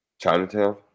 Chinatown